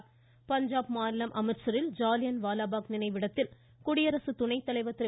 இந்நாளையொட்டி பஞ்சாப் மாநிலம் அமிர்த்சரில் ஜாலியன் வாலாபாக் நினைவிடத்தில் குடியரசு துணைத்தலைவர் திரு